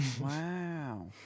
Wow